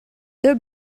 deux